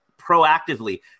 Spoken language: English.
proactively